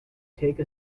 take